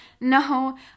No